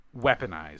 weaponized